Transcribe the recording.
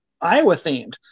Iowa-themed